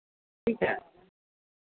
ᱦᱮᱸ ᱥᱮ